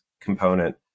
component